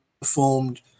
performed